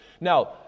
Now